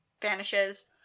vanishes